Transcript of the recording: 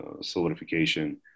solidification